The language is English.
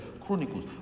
chronicles